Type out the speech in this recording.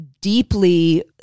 deeply